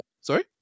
sorry